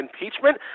impeachment